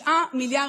לסיים.